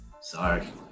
Sorry